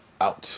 out